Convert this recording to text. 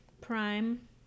Prime